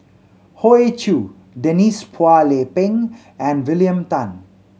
Hoey Choo Denise Phua Lay Peng and William Tan